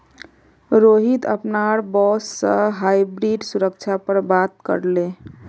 रोहित अपनार बॉस से हाइब्रिड सुरक्षा पर बात करले